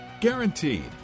Guaranteed